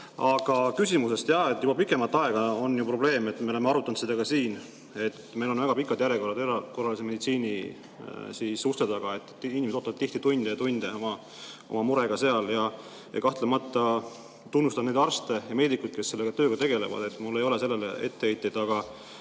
Aga küsimus. Juba pikemat aega on ju probleem – me oleme arutanud seda ka siin –, et meil on väga pikad järjekorrad erakorralise meditsiini uste taga. Inimesed ootavad seal tihti tunde ja tunde oma murega. Kahtlemata tunnustan neid arste ja meedikud, kes selle tööga tegelevad, mul ei ole selle kohta etteheiteid. Aga